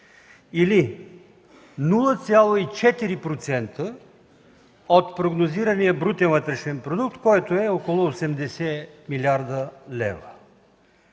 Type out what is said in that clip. или 0,4% от прогнозирания брутен вътрешен продукт, който е около 80 млрд. лв.